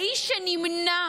האיש שנמנע